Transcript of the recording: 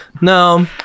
no